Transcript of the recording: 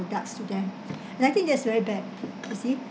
products to them and I think that is very bad you see